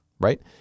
right